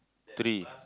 three